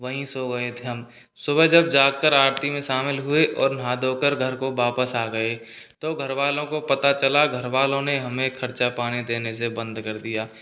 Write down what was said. वहीं सो गए थे हम सुबह जब जाग कर आरती में शामिल हुए और नहा धोकर घर को वापस आ गए तो घर वालों को पता चला घर वालों ने हमें खर्चा पानी देने से बंद कर दिया